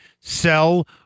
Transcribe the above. sell